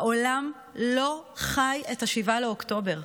העולם לא חי את 7 באוקטובר,